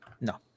No